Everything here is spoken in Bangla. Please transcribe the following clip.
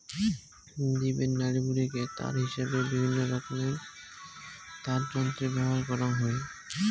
জীবের নাড়িভুঁড়িকে তার হিসাবে বিভিন্নরকমের তারযন্ত্রে ব্যবহার করাং হই